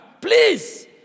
Please